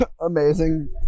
amazing